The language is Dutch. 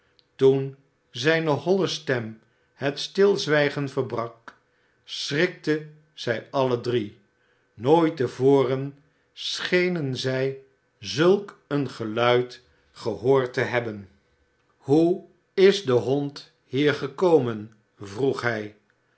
toen zijne holle stem het stilzwijgen verbrak schrikten zij alle drie nooit te voren schenen zij zulk een geluid gehoord te hebben hoe is de hond hier gekomen vroeg hij